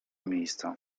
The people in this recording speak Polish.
miejsca